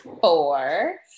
four